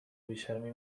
بیشرمی